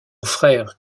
frère